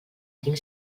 tinc